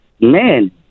man